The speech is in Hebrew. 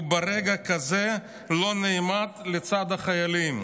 וברגע כזה לא נעמד לצד החיילים.